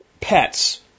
pets